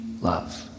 love